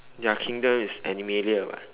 their kingdom is animalia [what]